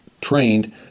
trained